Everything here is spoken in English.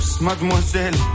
mademoiselle